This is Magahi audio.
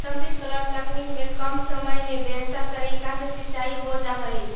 स्प्रिंकलर तकनीक में कम समय में बेहतर तरीका से सींचाई हो जा हइ